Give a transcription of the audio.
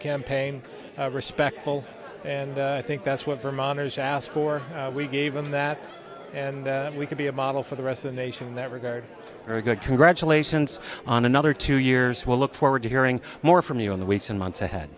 campaign respectful and i think that's what vermonters asked for we gave him that and that we could be a model for the rest of the nation in that regard very good congratulations on another two years we'll look forward to hearing more from you in the weeks and months ahead